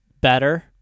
better